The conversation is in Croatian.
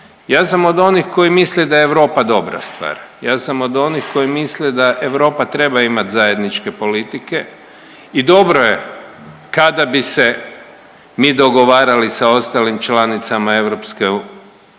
Ja sam od onih koji misle da je Europa dobra stvar, ja sam od onih koji misle da Europa treba imati zajedničke politike i dobro je kada bi se mi dogovarali sa ostalim članicama